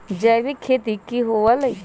जैविक खेती की हुआ लाई?